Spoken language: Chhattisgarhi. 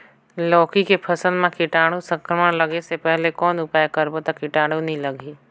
लौकी के फसल मां कीटाणु संक्रमण लगे से पहले कौन उपाय करबो ता कीटाणु नी लगही?